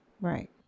Right